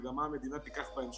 זה גם מה המדינה תיקח בהמשך,